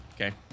okay